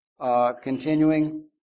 Continuing